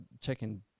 checking